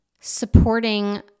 supporting